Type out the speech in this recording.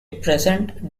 present